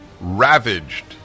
Ravaged